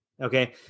Okay